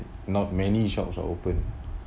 not many shops also open